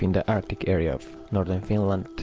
and arctic area of northern finland.